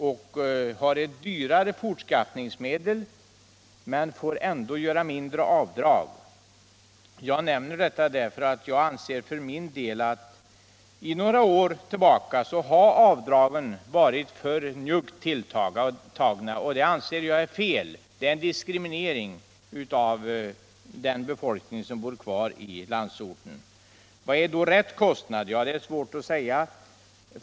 Bilisten har ett dyrare fortskaffningsmedel men får ändå göra mindre avdrag. Jag nämner detta därför att jag anser att bilkostnadsavdragen sedan några år tillbaka är för njuggt tilltagna. Det anser jag vara fel. Det innebär en diskriminering av den befolkning som bor kvar i landsorten. Vad är då rätt kostnad? Ja, det är svårt att säga.